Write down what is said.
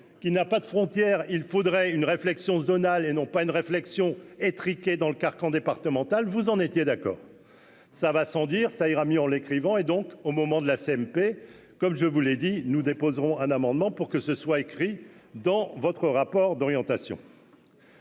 qui n'a pas de frontières, il faudrait une réflexion zonal et non pas une réflexion étriqué dans le carcan départemental, vous en étiez d'accord. Cela va sans dire, ça ira mieux en l'écrivant et donc au moment de la CMP, comme je vous l'ai dit, nous déposerons un amendement pour que ce soit écrit dans votre rapport d'orientation.